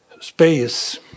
space